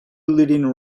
leading